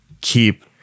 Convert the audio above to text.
keep